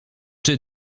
czy